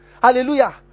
Hallelujah